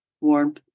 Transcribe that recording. warm